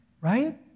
right